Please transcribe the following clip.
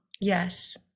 Yes